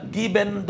given